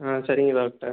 ஆ சரிங்க டாக்டர்